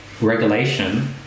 regulation